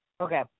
Okay